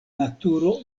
naturo